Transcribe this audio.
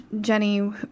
Jenny